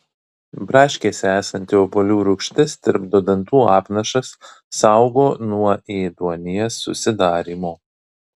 braškėse esanti obuolių rūgštis tirpdo dantų apnašas saugo nuo ėduonies susidarymo